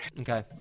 Okay